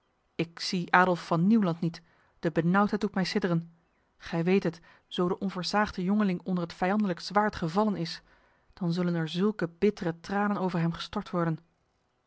ik zie adolf van nieuwland niet de benauwdheid doet mij sidderen gij weet het zo de onversaagde jongeling onder het vijandlijk zwaard gevallen is dan zullen er zulke bittere tranen over hem gestort worden